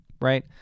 right